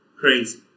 crazy